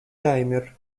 таймер